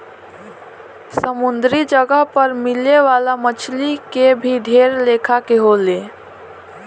समुंद्री जगह पर मिले वाला मछली के भी ढेर लेखा के होले